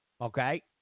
okay